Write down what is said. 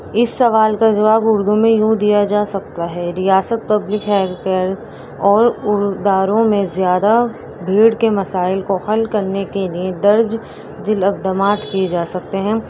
اس سوال کا جواب اردو میں یوں دیا جا سکتا ہے ریاست پبلک ہیلتھ کیئر اور ارداروں میں زیادہ بھیڑ کے مسائل کو حل کرنے کے لیے درج ذیل اکدامات کیے جا سکتے ہیں